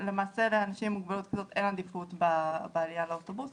"על שלושה פשעי ישראל ועל ארבעה לא אשיבנו".